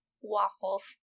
waffles